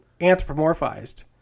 anthropomorphized